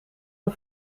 een